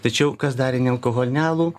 tačiau kas darė nealkoholinį alų